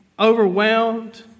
Overwhelmed